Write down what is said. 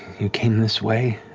you came this way.